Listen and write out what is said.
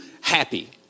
happy